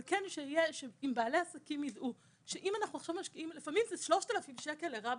אבל אפשר להשקיע 3,000 שקלים לרמפה.